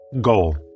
Goal